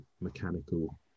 mechanical